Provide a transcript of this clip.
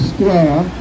Square